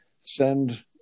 send